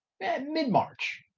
mid-March